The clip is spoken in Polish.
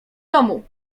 domu